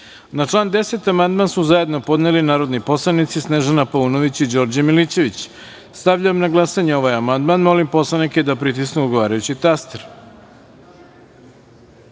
član 17. amandman su zajedno podneli narodni poslanici Snežana Paunović i Đorđe Milićević. Stavljam na glasanje ovaj amandman. Molim narodne poslanike da pritisnu odgovarajući